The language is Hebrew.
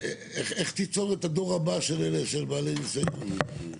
איך תיצור את הדור הבא של בעלי ניסיון?